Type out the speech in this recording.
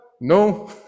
No